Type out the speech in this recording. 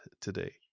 today